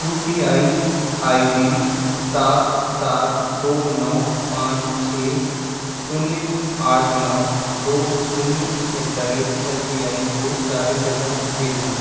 you P I I D सात सात दो नौ पाँच छः शून्य आठ नौ दो शून्य at the rate S B I को चालीस हज़ार भेजें